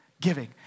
giving